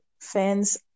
fans